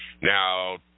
Now